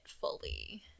fully